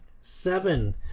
seven